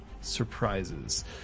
surprises